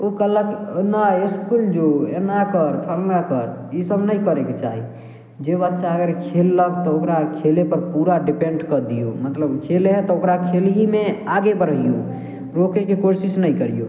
ओ कहलक नहि इसकुल जो एना कर फलना कर ईसब नहि करयके चाही जे बच्चा अगर खेललक तऽ ओकरा खेलयपर पूरा डिपेंड कऽ दियौ मतलब खेलय हइ तऽ ओकरा खेल हीमे आगे बढ़ाबियौ रोकेके कोशिश नहि करियौ